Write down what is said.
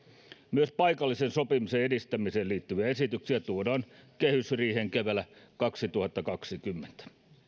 myös paikallisen sopimisen edistämiseen liittyviä esityksiä tuodaan kehysriiheen keväällä kaksituhattakaksikymmentä